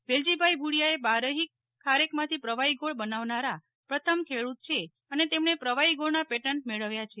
વેલજીભાઈ ભુડિયાએ બારફી ખારેકમાંથી પ્રવાફી ગોળ બનાવનારા પ્રથમ ખેડૂત છે અને તેમણે પ્રવાફી ગોળના પેટન્ટ મેળવ્યા છે